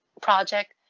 project